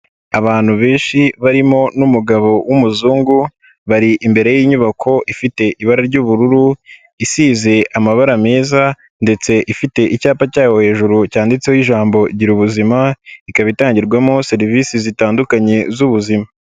Abantu benshi barimo n'umugabo w'umuzungu bari imbere y'inyubako ifite ibara ry'ubururu, isize amabara meza ndetse ifite icyapa cy'aho hejuru cyanditseho ijambo igira ubuzima, ikaba itangirwamo serivisi zitandukanye z'ubuzima.